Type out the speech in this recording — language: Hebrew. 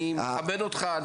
אני מכבד אותך,